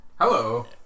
Hello